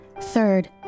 Third